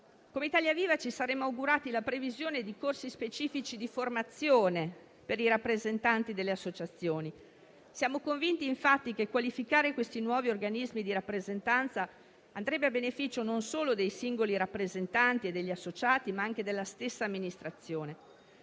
Come Italia Viva ci saremmo augurati la previsione di corsi specifici di formazione per i rappresentanti delle associazioni, siamo convinti infatti che qualificare questi nuovi organismi di rappresentanza andrebbe a beneficio non solo dei singoli rappresentanti e degli associati, ma anche della stessa amministrazione.